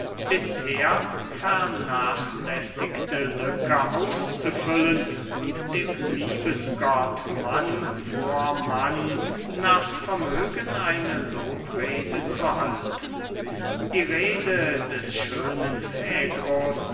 bisher vernachlässigte lücke auszufüllen und dem liebesgott mann vor mann nach vermögen eine lobrede zu halten die rede des schönen